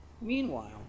Meanwhile